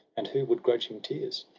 and who would grudge him tears?